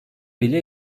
bile